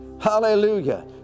hallelujah